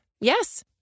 Yes